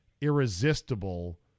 irresistible